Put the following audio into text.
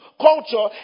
culture